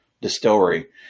distillery